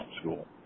school